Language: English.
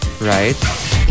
Right